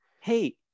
Hey